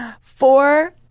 Four